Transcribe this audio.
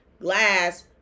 glass